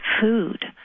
food